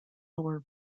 lower